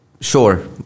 sure